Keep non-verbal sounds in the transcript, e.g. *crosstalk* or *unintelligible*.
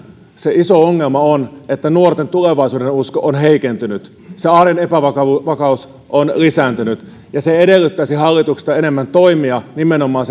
se iso ongelma on että nuorten tulevaisuudenusko on heikentynyt arjen epävakaus on lisääntynyt ja se edellyttäisi hallitukselta enemmän toimia nimenomaan *unintelligible*